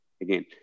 again